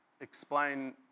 explain